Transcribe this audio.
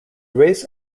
race